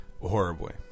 horribly